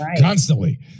constantly